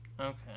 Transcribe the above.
Okay